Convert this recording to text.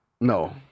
No